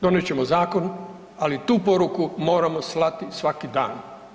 Donijet ćemo zakon, ali tu poruku moramo slati svaki dan.